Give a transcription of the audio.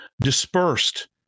dispersed